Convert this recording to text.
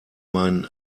mein